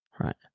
right